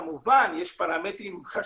כמובן יש פרמטרים חשובים,